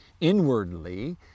inwardly